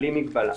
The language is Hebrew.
בלי מגבלה.